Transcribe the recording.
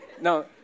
No